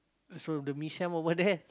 so the Mee-Siam over there